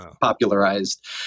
popularized